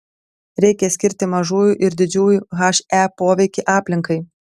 reikia skirti mažųjų ir didžiųjų he poveikį aplinkai